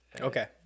Okay